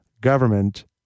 government